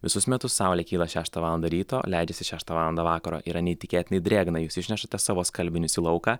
visus metus saulė kyla šeštą valandą ryto leidžiasi šeštą valandą vakaro yra neįtikėtinai drėgna jūs išnešate savo skalbinius į lauką